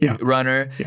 runner